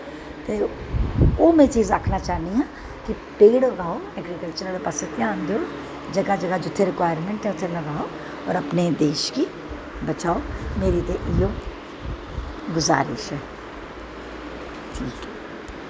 ते ओह् में चीज़ आक्खनां चाह्नी आं कि पेड़ उगाओ ते ऐग्रीकल्चर आह्ले पास्से ध्यान देओ जगाह् जगाह् जित्थें रिकवीऊरमैंट ऐ उत्थें उत्थें लाओ और अपनें देश गा बटाओ मेरी ते इयो गुज़ारिश ऐ